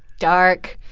dark,